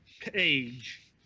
page